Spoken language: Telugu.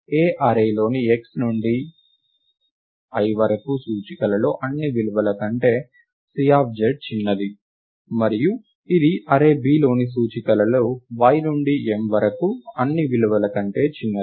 A అర్రే లోని x నుండి l వరకు సూచికలలో అన్ని విలువల కంటే Cz చిన్నది మరియు ఇది అర్రే Bలోని సూచికలలో y నుండి m వరకు అన్ని విలువల కంటే చిన్నది